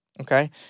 Okay